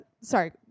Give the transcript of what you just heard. Sorry